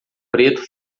preto